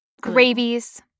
gravies